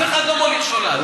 אף אחד לא מוליך שולל.